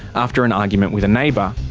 after an argument with a neighbour.